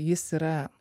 jis yra